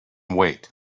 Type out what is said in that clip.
wait